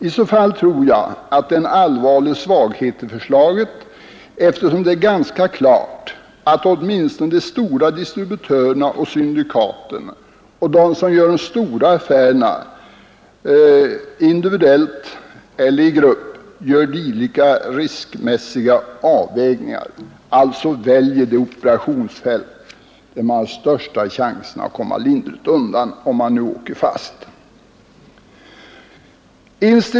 I så fall tror jag att det är en allvarlig svaghet i förslaget, eftersom det står klart att åtminstone de stora distributörerna och syndikaten, de som gör de stora affärerna, individuellt eller i grupp, gör dylika riskmässiga avvägningar och väljer det operationsfält där de har de största chanserna att komma lindrigt undan om de blir fast.